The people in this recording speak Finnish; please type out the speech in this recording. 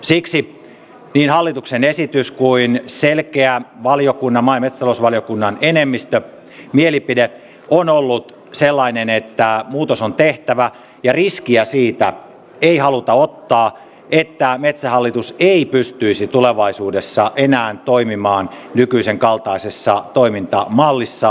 siksi niin hallituksen esitys kuin selkeä maa ja metsätalousvaliokunnan enemmistömielipide on ollut sellainen että muutos on tehtävä ja ei haluta ottaa riskiä siitä että metsähallitus ei pystyisi tulevaisuudessa enää toimimaan nykyisen kaltaisessa toimintamallissaan